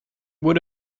would